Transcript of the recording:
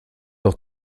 doch